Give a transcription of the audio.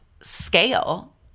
scale